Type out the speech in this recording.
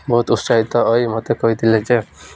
ବହୁତ ଉତ୍ସାହିତ ମୋତେ କହିଥିଲେ ଯେ